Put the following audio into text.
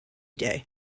day